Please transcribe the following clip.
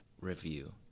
review